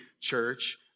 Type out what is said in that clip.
church